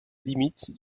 limite